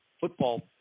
football